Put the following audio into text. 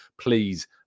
please